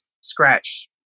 scratch